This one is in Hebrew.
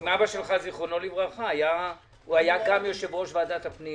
שגם אבא שלך ז"ל היה יושב-ראש ועדת הפנים